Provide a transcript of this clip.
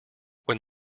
when